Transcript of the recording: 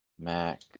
Mac